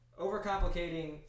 overcomplicating